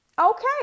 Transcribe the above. Okay